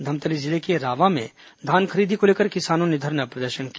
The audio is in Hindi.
धमतरी जिले के रावा में धान खरीदी को लेकर किसानों ने धरना प्रदर्शन किया